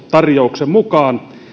tarjouksen mukaan